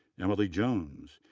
emily jones,